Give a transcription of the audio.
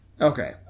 Okay